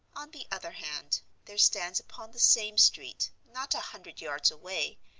on the other hand, there stands upon the same street, not a hundred yards away,